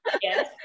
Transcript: Yes